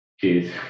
Cheers